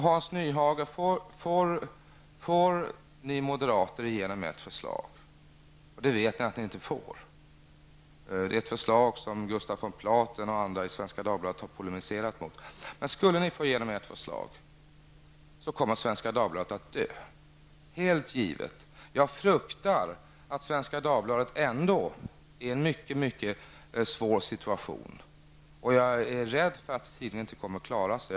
Hans Nyhage, skulle ni moderater få igenom ert förslag -- det vet ni att ni inte får; det är ett förslag som Gustaf von Platen på Svenska Dagbladet och många andra har bl.a. polemiserat mot -- kommer Svenska Dagbladet att dö. Jag fruktar att Svenska Dagbladet ändå befinner sig i en mycket svår situation och jag är rädd för att tidningen inte kommer att klara sig.